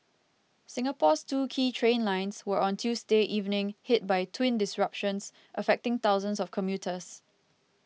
Singapore's two key train lines were on Tuesday evening hit by twin disruptions affecting thousands of commuters